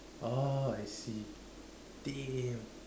oh I see damn